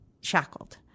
shackled